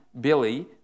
Billy